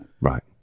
Right